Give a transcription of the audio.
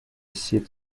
seat